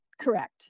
Correct